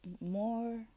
More